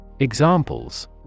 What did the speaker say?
Examples